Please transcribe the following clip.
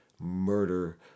murder